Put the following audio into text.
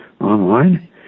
online